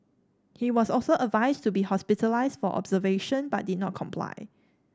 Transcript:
he was also advised to be hospitalised for observation but did not comply